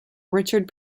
richard